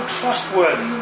trustworthy